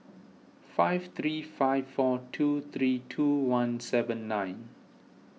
five three five four two three two one seven nine